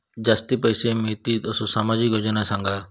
जास्ती पैशे मिळतील असो सामाजिक योजना सांगा?